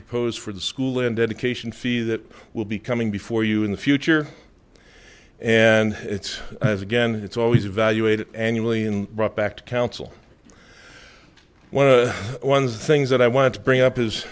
proposed for the school and dedication fee that will be coming before you in the future and it's as again it's always evaluated annually and brought back to council one of the ones things that i want to bring up